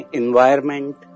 environment